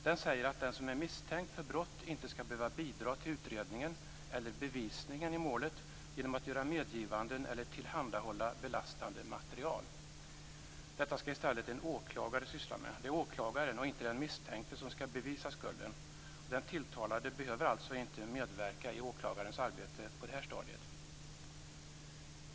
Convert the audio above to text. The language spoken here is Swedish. Den säger att den som är misstänkt för brott inte skall behöva bidra till utredningen eller bevisningen i målet genom att göra medgivanden eller tillhandahålla belastande material. Detta skall i stället en åklagare syssla med. Det är åklagaren, och inte den misstänkte, som skall bevisa skulden. Den tilltalade behöver alltså inte medverka i åklagarens arbete på det här stadiet.